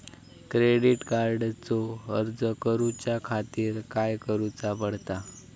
Credit कार्डचो अर्ज करुच्या खातीर काय करूचा पडता?